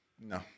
No